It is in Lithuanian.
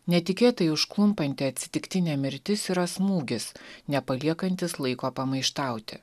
netikėtai užklumpanti atsitiktinė mirtis yra smūgis nepaliekantis laiko pamaištauti